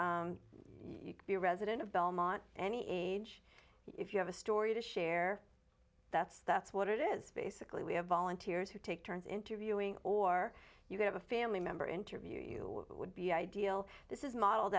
is you can be a resident of belmont any age if you have a story to share that's that's what it is basically we have volunteers who take turns interviewing or you have a family member interview would be ideal this is modeled